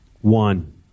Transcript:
One